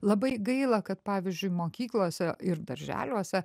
labai gaila kad pavyzdžiui mokyklose ir darželiuose